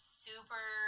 super